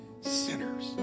sinners